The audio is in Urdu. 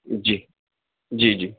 جی جی جی